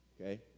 Okay